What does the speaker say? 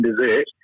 dessert